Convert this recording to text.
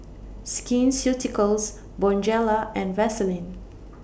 Skin Ceuticals Bonjela and Vaselin